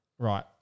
Right